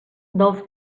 dels